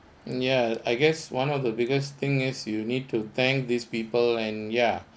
ya I guess one of the biggest thing is you need to thank these people and ya